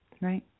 Right